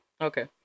Okay